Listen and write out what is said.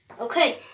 okay